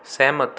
ਸਹਿਮਤ